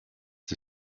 the